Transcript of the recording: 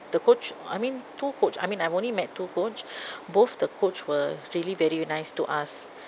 the coach I mean two coach I mean I've only met two coach both the coach were really very nice to us